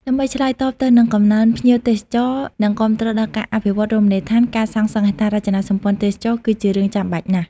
ដើម្បីឆ្លើយតបទៅនឹងកំណើនភ្ញៀវទេសចរ និងគាំទ្រដល់ការអភិវឌ្ឍន៍រមណីយដ្ឋាន ការសាងសង់ ហេដ្ឋារចនាសម្ព័ន្ធទេសចរណ៍ គឺជារឿងចាំបាច់ណាស់។